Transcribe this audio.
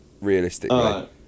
realistically